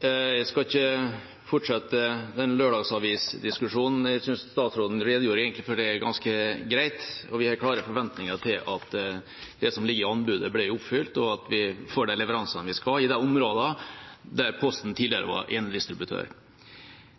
Jeg skal ikke fortsette lørdagsavisdiskusjonen, jeg synes statsråden egentlig redegjorde for det ganske greit. Vi har klare forventninger om at det som ligger i anbudet, blir oppfylt, og at vi får de leveransene vi skal i de områdene der Posten tidligere var enedistributør.